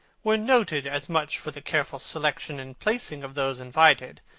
were noted as much for the careful selection and placing of those invited,